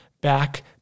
back